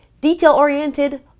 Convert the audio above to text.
detail-oriented